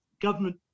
government